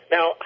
Now